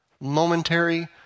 momentary